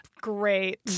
Great